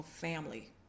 family